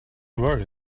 worry